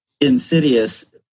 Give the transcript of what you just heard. insidious